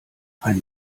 ein